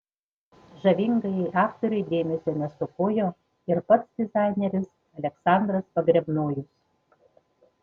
žavingajai aktorei dėmesio nestokojo ir pats dizaineris aleksandras pogrebnojus